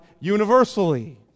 universally